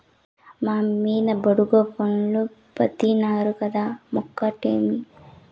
మా మిద్ద మీద బాడుగకున్నోల్లు పాతినారు కంద మొక్కటమ్మీ